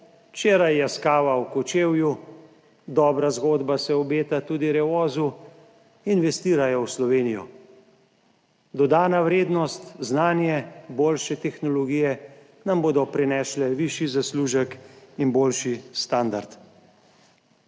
včeraj Yaskawa v Kočevju, dobra zgodba se obeta tudi Revozu, investirajo v Slovenijo. Dodana vrednost, znanje, boljše tehnologije nam bodo prinesle višji zaslužek in boljši standard.